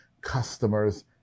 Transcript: customers